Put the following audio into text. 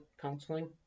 counseling